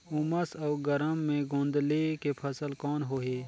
उमस अउ गरम मे गोंदली के फसल कौन होही?